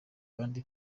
cyangwa